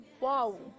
Wow